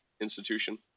institution